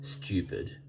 stupid